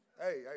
hey